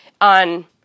on